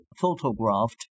photographed